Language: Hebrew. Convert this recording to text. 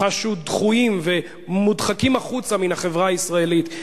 חשו דחויים ומודחקים החוצה מן החברה הישראלית,